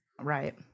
Right